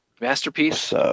Masterpiece